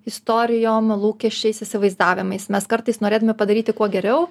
istorijom lūkesčiais įsivaizdavimais mes kartais norėtume padaryti kuo geriau